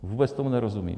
Vůbec tomu nerozumím.